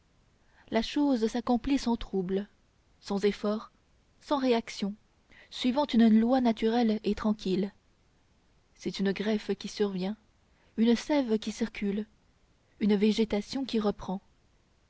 la chose s'accomplit sans trouble sans effort sans réaction suivant une loi naturelle et tranquille c'est une greffe qui survient une sève qui circule une végétation qui reprend